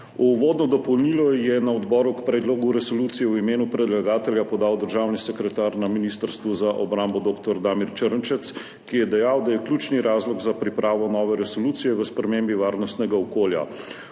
Uvodno dopolnilo je na odboru k predlogu resolucije v imenu predlagatelja podal državni sekretar na Ministrstvu za obrambo dr. Damir Črnčec, ki je dejal, da je ključni razlog za pripravo nove resolucije v spremembi varnostnega okolja.